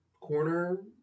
corner